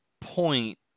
point